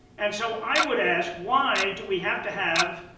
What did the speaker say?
and so, i would ask why do we have to have,